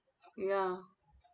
ya